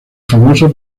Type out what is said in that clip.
famoso